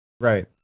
Right